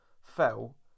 fell